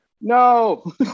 No